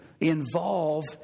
involve